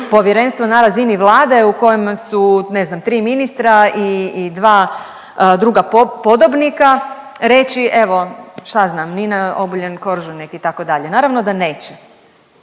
Povjerenstvo na razini Vlade u kojima su ne znam tri ministra i dva druga podobnika reći evo šta ja znam Nina Obuljen Koržinek itd., naravno da neće.